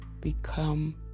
become